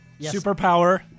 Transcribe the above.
superpower